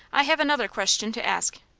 i have another question to ask.